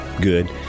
good